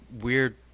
weird